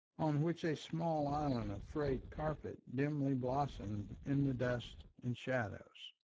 on which a small island of frayed carpet dimly blossomed in the dust and shadows.